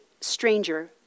stranger